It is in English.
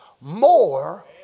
more